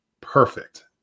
perfect